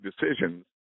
decisions